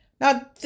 Now